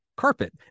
carpet